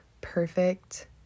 perfect